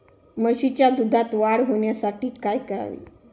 म्हशीच्या दुधात वाढ होण्यासाठी काय करावे?